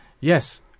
yes